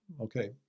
okay